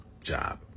job